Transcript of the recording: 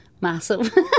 Massive